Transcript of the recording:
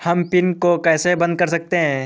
हम पिन को कैसे बंद कर सकते हैं?